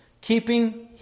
keeping